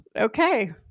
Okay